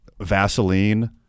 Vaseline